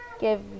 give